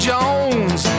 Jones